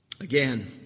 Again